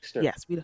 Yes